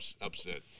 Upset